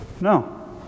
No